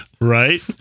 right